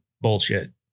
Bullshit